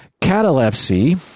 catalepsy